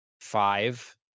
five